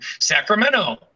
Sacramento